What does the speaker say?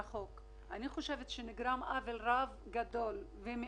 אני חושבת שנגרם עוול גדול מאוד